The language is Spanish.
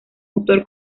autor